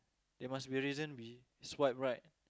it must be a reason we swipe right